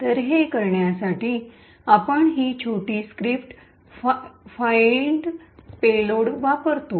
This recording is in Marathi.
तर हे करण्यासाठी आपण ही छोटी स्क्रिप्ट फाईनड पेयलोड वापरतो